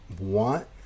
want